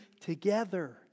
together